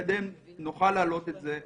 הכנסת שמתכוונים להעביר את החוק הזה.